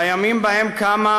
בימים שבהם קמה,